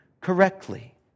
Correctly